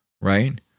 right